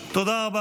תודה רבה.